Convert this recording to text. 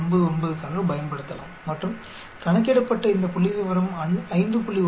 99 க்காக பயன்படுத்தலாம் மற்றும் கணக்கிடப்பட்ட இந்த புள்ளிவிவரம் 5